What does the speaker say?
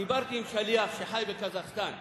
דיברתי עם שליח שחי בקזחסטן.